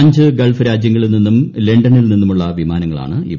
അഞ്ച് ഗൾഫ് രാജ്യങ്ങളിൽ നിന്നും ലണ്ടനിൽ നിന്നുമുള്ള വിമാനങ്ങളാണ് ഇവ